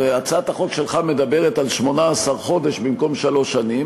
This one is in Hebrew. הצעת החוק שלך מדברת על 18 חודש במקום שלוש שנים,